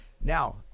Now